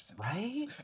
Right